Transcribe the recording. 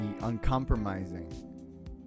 uncompromising